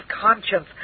conscience